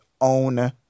own